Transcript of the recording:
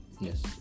Yes